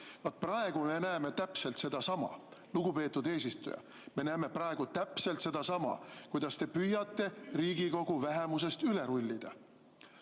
Praegu me näeme täpselt sama, lugupeetud eesistuja. Me näeme praegu täpselt sama, kuidas te püüate Riigikogu vähemusest üle rullida.